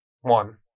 one